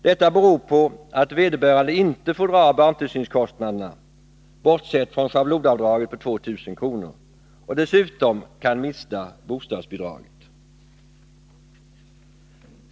Detta beror på att vederbörande inte får dra av barntillsynskostnaderna, bortsett från schablonavdraget på 2 000 kr., och dessutom kan mista bostadsbidraget.